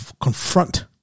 confront